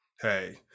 Hey